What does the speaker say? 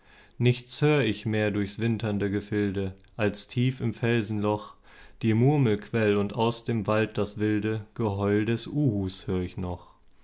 nichts hör ich mehr durchs winternde gefilde als tief im felsenloch die murmelquell und aus dem wald das wilde geheul des uhus hör ich noch